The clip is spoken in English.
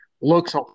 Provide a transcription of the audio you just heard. looks